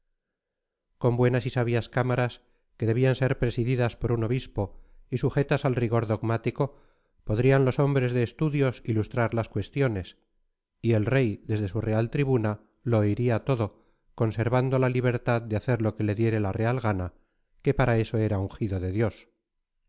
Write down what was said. con buenas y sabias cámaras que debían ser presididas por un obispo y sujetas al rigor dogmático podrían los hombres de estudios ilustrar las cuestiones y el rey desde su real tribuna lo oiría todo conservando la libertad de hacer lo que le diere la real gana que para eso era ungido de dios